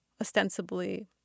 ostensibly